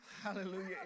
hallelujah